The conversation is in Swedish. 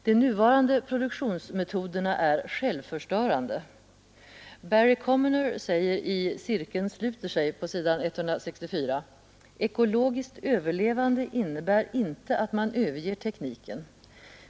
De nuvarande produktionsmetoderna är självförstörande. Barry Commoner säger på s. 164 i Cirkeln sluter sig: ”Ekologiskt överlevande innebär inte att man överger tekniken.